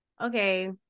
okay